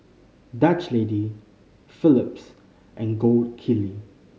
Dutch Lady Phillips and Gold Kili